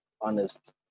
honest